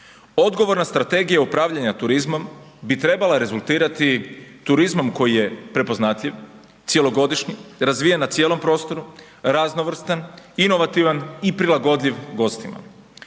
Odgovorna strategija upravljanja turizmom bi trebala rezultirati turizmom koji je prepoznatljiv, cjelogodišnji, razvijen na cijelom prostoru, raznovrstan, inovativan i prilagodljiv gostima.